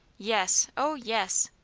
yes, oh, yes!